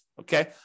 okay